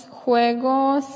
juegos